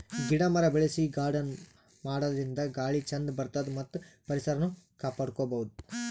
ಗಿಡ ಮರ ಬೆಳಸಿ ಗಾರ್ಡನ್ ಮಾಡದ್ರಿನ್ದ ಗಾಳಿ ಚಂದ್ ಬರ್ತದ್ ಮತ್ತ್ ಪರಿಸರನು ಕಾಪಾಡ್ಕೊಬಹುದ್